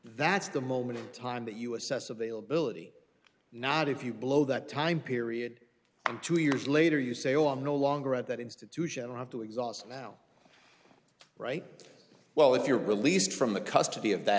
that's the moment in time that you assess availability not if you blow that time period and two years later you say oh i'm no longer at that institution i have to exhaust now right well if you're released from the custody of that